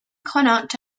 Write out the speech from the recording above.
connacht